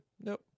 nope